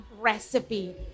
recipe